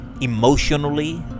Emotionally